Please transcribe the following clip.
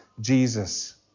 Jesus